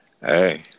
Hey